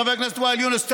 חבר הכנסת ואאל יונס,